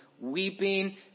weeping